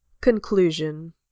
Conclusion